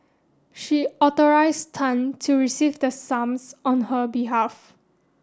she authorised Tan to receive the sums on her behalf